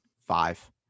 Five